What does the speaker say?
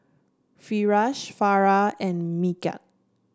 Firash Farah and Megat